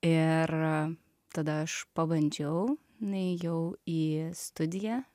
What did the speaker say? ir tada aš pabandžiau nuėjau į studiją